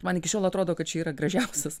man iki šiol atrodo kad čia yra gražiausias